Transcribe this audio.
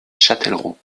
châtellerault